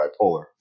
bipolar